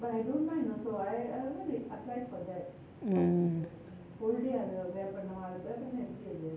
mm